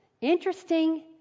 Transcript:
Interesting